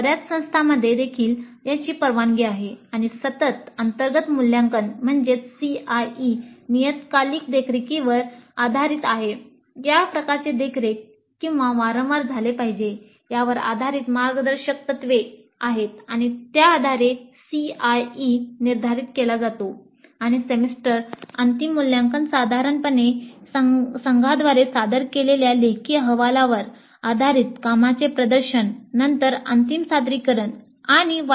बर्याच संस्थांमध्ये देखील याची परवानगी आहे आणि सतत अंतर्गत मूल्यांकन आधारित असते